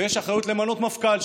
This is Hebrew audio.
ויש אחריות למנות מפכ"ל,